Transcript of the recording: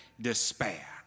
despair